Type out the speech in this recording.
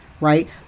right